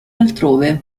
altrove